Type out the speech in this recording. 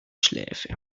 schläfe